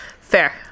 fair